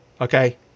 Okay